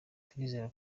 turizera